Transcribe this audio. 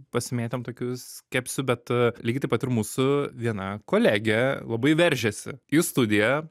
pasimėtėm tokiu skepsiu bet lygiai taip pat ir mūsų viena kolegė labai veržiasi į studiją